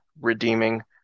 redeeming